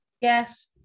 yes